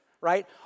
right